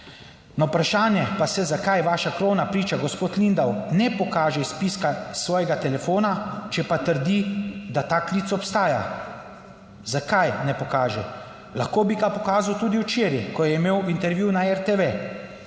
Na vprašanje pa se, zakaj vaša krovna priča gospod Lindav ne pokaže izpiska svojega telefona, če pa trdi, da ta klic obstaja, zakaj ne pokaže? Lahko bi ga pokazal tudi včeraj, ko je imel intervju na RTV,